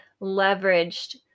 leveraged